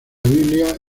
biblia